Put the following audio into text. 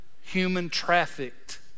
human-trafficked